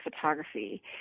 photography